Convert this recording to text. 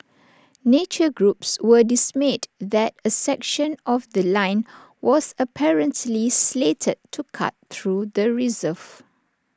nature groups were dismayed that A section of The Line was apparently slated to cut through the reserve